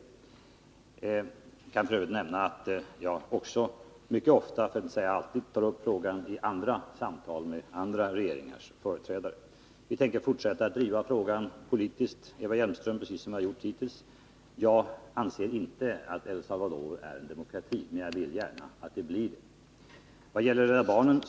Jag kan f. ö. nämna att jag mycket ofta — för att inte säga alltid — tar upp frågan i samtal med andra regeringars företrädare. Vi tänker fortsätta att driva frågan politiskt, Eva Hjelmström, precis som vi har gjort hittills. Jag anser inte att El Salvador är en demokrati, men jag vill gärna att landet blir det.